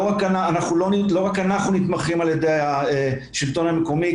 לא רק אנחנו נתמכים על ידי השלטון המקומי,